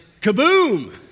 kaboom